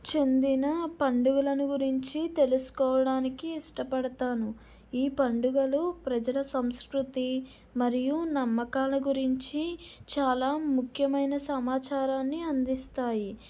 చెందిన పండుగలను గురించి తెలుసుకోవడానికి ఇష్టపడతాను ఈ పండుగలు ప్రజల సంస్కృతి మరియు నమ్మకాల గురించి చాలా ముఖ్యమైన సమాచారాన్ని అందిస్తాయి